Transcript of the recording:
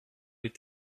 est